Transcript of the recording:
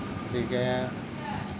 গতিকে